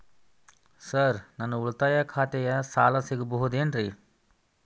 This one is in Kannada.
ಸರ್ ನನ್ನ ಉಳಿತಾಯ ಖಾತೆಯ ಸಾಲ ಸಿಗಬಹುದೇನ್ರಿ?